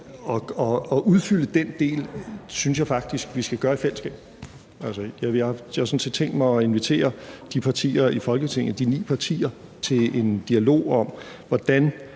at udfylde den del synes jeg faktisk vi skal gøre i fællesskab, altså, jeg har sådan set tænkt mig at invitere de ni partier i Folketinget til en dialog om, hvordan